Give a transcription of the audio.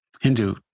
Hindu